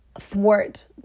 thwart